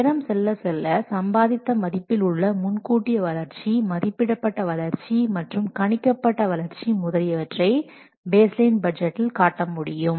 நேரம் செல்ல செல்ல சம்பாதித்த மதிப்பில் உள்ள முன்கூட்டிய வளர்ச்சி மதிப்பிடப்பட்ட வளர்ச்சி மற்றும் கணிக்கப்பட்ட வளர்ச்சி முதலியவற்றை பேஸ் லைன் பட்ஜெட்டில் காட்ட முடியும்